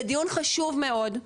זה דיון חשוב מאוד,